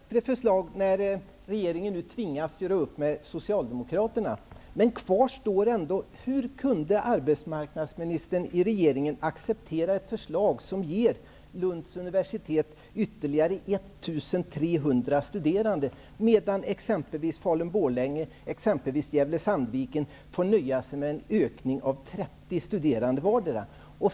Herr talman! Det blir naturligtvis ett bättre förslag nu när regeringen tvingats att göra upp med Socialdemokraterna. Men frågan kvarstår ändå: Hur kunde arbetsmarknadsministern i regeringen acceptera ett förslag som ger Lunds universitet 1 300 nya studerande, medan exempelvis högskolan Falun Sandviken får nöja sig med en ökning med 30 studerande vardera?